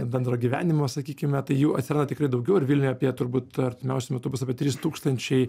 bendro gyvenimo sakykime tai jų atsira tikrai daugiau vilniuje apie turbūt artimiausiu metu bus apie trys tūkstančiai